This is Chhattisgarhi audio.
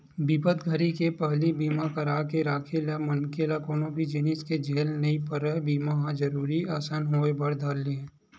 बिपत घरी के पहिली बीमा करा के राखे ले मनखे ल कोनो भी जिनिस के झेल नइ परय बीमा ह जरुरी असन होय बर धर ले